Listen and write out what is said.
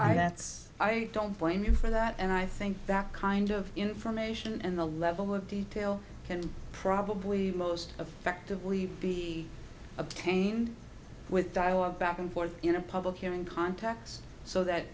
that's i don't join you for that and i think that kind of information and the level of detail and probably most affective leave be obtained with dialogue back and forth in a public hearing context so that